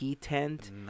tent